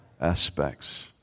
aspects